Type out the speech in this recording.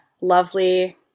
lovely